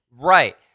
Right